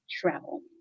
travel